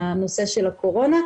הנושא של הקורונה.